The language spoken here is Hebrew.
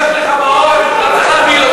מי נושף לך בעורף, הצעת האי-אמון